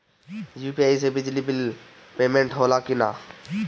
UPI से बिजली bill payment होला कि न?